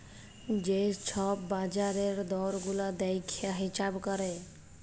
যে ছব বাজারের দর গুলা দ্যাইখে হিঁছাব ক্যরে